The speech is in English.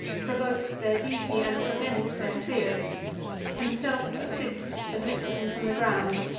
provokes their duty, and prevents their fear himself assists to lift him from the ground,